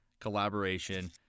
collaboration